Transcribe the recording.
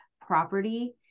property